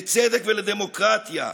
לצדק ולדמוקרטיה.